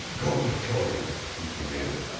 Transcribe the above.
go, my children, he commanded.